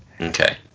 okay